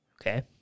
Okay